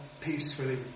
peacefully